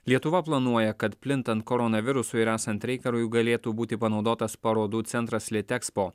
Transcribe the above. lietuva planuoja kad plintant koronavirusui ir esant reikalui galėtų būti panaudotas parodų centras litexpo